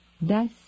Thus